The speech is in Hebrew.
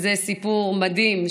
שזה סיפור מדהים,